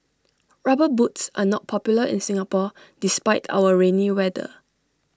rubber boots are not popular in Singapore despite our rainy weather